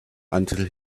until